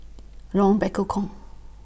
Lorong Bekukong